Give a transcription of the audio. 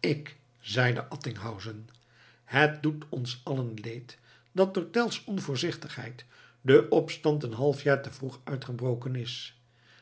ik zeide attinghausen het doet ons allen leed dat door tell's onvoorzichtigheid de opstand een half jaar te vroeg uitgebroken is